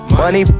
money